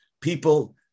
people